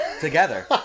together